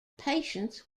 patients